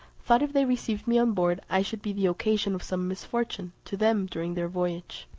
thought if they received me on board i should be the occasion of some misfortune to them during their voyage.